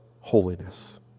holiness